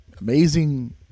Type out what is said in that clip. amazing